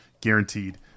guaranteed